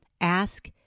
Ask